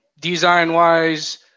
design-wise